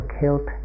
killed